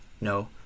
No